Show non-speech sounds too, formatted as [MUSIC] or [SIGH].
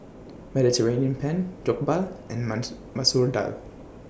Mediterranean Penne Jokbal and [UNINTELLIGIBLE] Masoor Dal